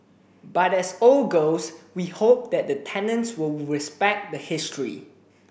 but as old girls we hope that the tenants will respect the history